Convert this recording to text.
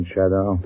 Shadow